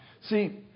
See